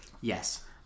Yes